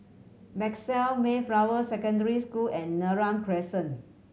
Maxwell Mayflower Secondary School and Neram Crescent